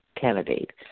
candidate